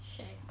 shag